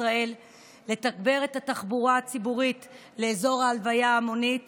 ישראל לתגבר את התחבורה הציבורית לאזור ההלוויה ההמונית